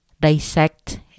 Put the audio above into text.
Dissect